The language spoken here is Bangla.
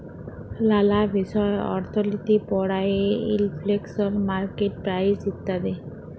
লালা বিষয় অর্থলিতি পড়ায়ে ইলফ্লেশল, মার্কেট প্রাইস ইত্যাদি